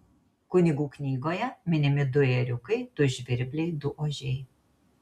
kunigų knygoje minimi du ėriukai du žvirbliai du ožiai